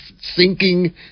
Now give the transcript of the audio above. sinking